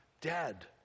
dead